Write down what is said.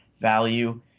value